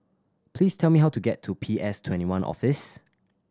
please tell me how to get to P S Twenty one Office